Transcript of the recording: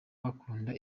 bakunda